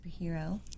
Superhero